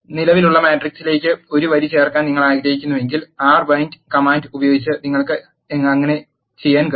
നിലവിലുള്ള മാട്രിക്സിലേക്ക് ഒരു വരി ചേർക്കാൻ നിങ്ങൾ ആഗ്രഹിക്കുന്നുവെങ്കിൽ rbind കമാൻഡ് ഉപയോഗിച്ച് നിങ്ങൾക്ക് അങ്ങനെ ചെയ്യാൻ കഴിയും